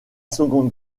seconde